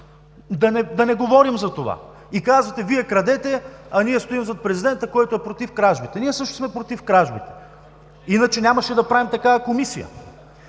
да не говорим за това“. Казвате: „Вие крадете, а ние стоим зад президента, който е против кражбите“. Ние също сме против кражбите. Иначе нямаше да правим такава Комисия.